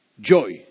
joy